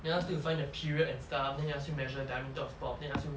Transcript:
they ask you to find the period and stuff they ask you measure diameter of box then ask you